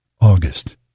August